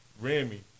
Remy